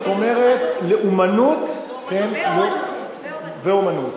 זאת אומרת לאומנות ואמנות,